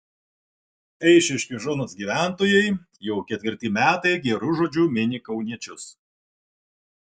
eišiškių zonos gyventojai jau ketvirti metai geru žodžiu mini kauniečius